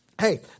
Hey